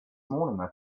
morning